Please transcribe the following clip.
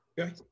okay